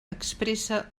expressa